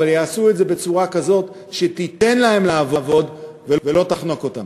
אבל יעשו את זה בצורה כזאת שתיתן להם לעבוד ולא תחנוק אותם.